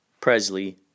Presley